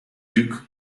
duke